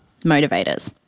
motivators